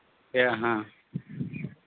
ᱯᱮᱲᱟ ᱦᱚᱸ